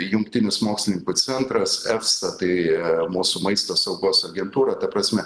jungtinis mokslininkų centras efsa tai mūsų maisto saugos agentūra ta prasme